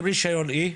עם רישיון E,